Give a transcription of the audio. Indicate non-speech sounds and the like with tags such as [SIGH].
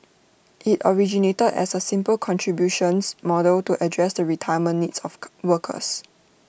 IT originated as A simple contributions model to address the retirement needs of [UNINTELLIGIBLE] workers